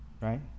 right